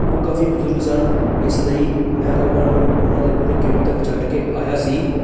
ਉਹ ਕਾਫੀ ਬਜੁਰਗ ਸਨ ਇਸ ਲਈ ਮੈਂ ਉਹਨਾਂ ਨੂੰ ਉਹਨਾਂ ਦੇ ਪੂਰੇ ਗੇਟ ਤੱਕ ਛੱਡ ਕੇ ਆਇਆ ਸੀ